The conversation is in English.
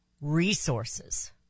resources